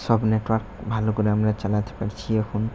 সব নেটওয়ার্ক ভালো করে আমরা চালাতে পারছি এখন